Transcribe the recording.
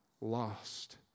lost